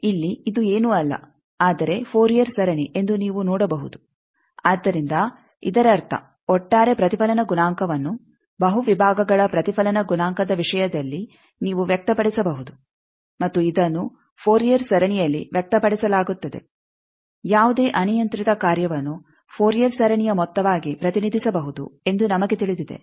ಇಲ್ಲಿ ಇದು ಏನು ಅಲ್ಲ ಆದರೆ ಫೋರಿಯರ್ ಸರಣಿ ಎಂದು ನೀವು ನೋಡಬಹುದು ಆದ್ದರಿಂದ ಇದರರ್ಥ ಒಟ್ಟಾರೆ ಪ್ರತಿಫಲನ ಗುಣಾಂಕವನ್ನು ಬಹು ವಿಭಾಗಗಳ ಪ್ರತಿಫಲನ ಗುಣಾಂಕದ ವಿಷಯದಲ್ಲಿ ನೀವು ವ್ಯಕ್ತಪಡಿಸಬಹುದು ಮತ್ತು ಇದನ್ನು ಫೋರಿಯರ್ ಸರಣಿಯಲ್ಲಿ ವ್ಯಕ್ತಪಡಿಸಲಾಗುತ್ತದೆ ಯಾವುದೇ ಅನಿಯಂತ್ರಿತ ಕಾರ್ಯವನ್ನು ಫೋರಿಯರ್ ಸರಣಿಯ ಮೊತ್ತವಾಗಿ ಪ್ರತಿನಿಧಿಸಬಹುದು ಎಂದು ನಮಗೆ ತಿಳಿದಿದೆ